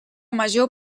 major